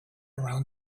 around